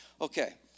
Okay